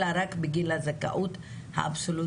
אלא רק בגיל הזכאות האבסולוטי,